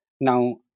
Now